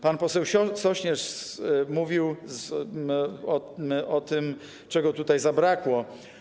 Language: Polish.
Pan poseł Sośnierz mówił o tym, czego tutaj zabrakło.